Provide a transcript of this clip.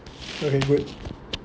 okay good